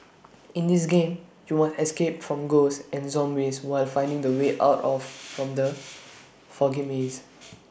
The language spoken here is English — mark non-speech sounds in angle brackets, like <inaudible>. <noise> in this game you must escape from ghosts and zombies while finding the way out of from the foggy maze